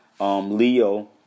LEO